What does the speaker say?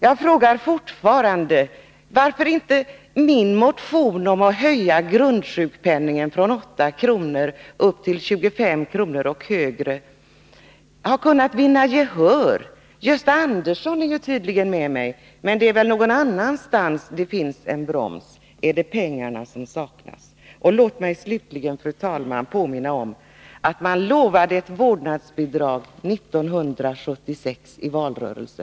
Jag frågar än en gång varför inte min motion om en höjning av grundsjukpenningen från 8 kr. upp till 25 kr. och mera har kunnat vinna gehör. Gösta Andersson är tydligen överens med mig. Men det är väl någon annanstans som det finns en broms. Är det pengarna som saknas? Låt mig slutligen, fru talman, påminna om att man i valrörelsen 1976 utlovade ett vårdnadsbidrag.